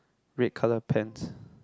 red colour pants